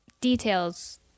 details